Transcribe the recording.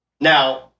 Now